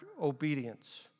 obedience